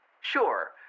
Sure